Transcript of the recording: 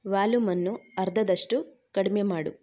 ವಾಲ್ಯೂಮನ್ನು ಅರ್ಧದಷ್ಟು ಕಡಿಮೆ ಮಾಡು